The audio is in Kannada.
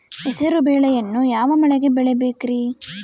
ಹೆಸರುಬೇಳೆಯನ್ನು ಯಾವ ಮಳೆಗೆ ಬೆಳಿಬೇಕ್ರಿ?